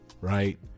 right